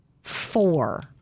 four